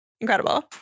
Incredible